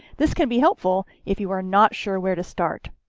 this can be helpful if you are not sure where to start.